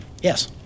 Yes